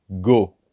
Go